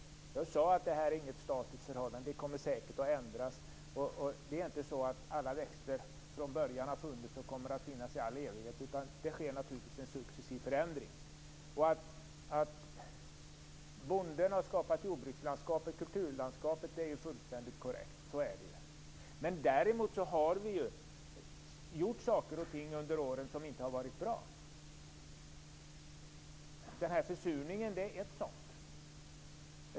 Jag sade att detta inte är något statiskt förhållande, att det säkert kommer att ändras. Det är inte så att alla växter har funnits från början och kommer att finnas i all evighet, utan det sker naturligtvis en successiv förändring. Att bonden har skapat jordbrukslandskapet, kulturlandskapet, är ju fullständigt korrekt. Så är det ju. Men däremot har vi ju åstadkommit saker och ting under åren som inte har varit bra. Försurningen är ett exempel.